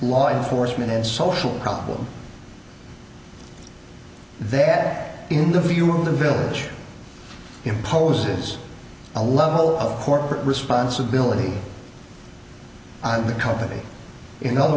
law enforcement and social problem they had in the view of the village imposes a level of corporate responsibility on the company in other